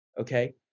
okay